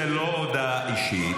זאת לא הודעה אישית.